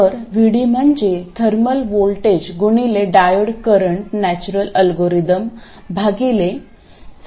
तर VD म्हणजे thermal voltage गुणिले डायोड करंट नेचुरल अल्गोरिदम भागिले सॅचूरेशन करंट असेल